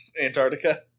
Antarctica